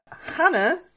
Hannah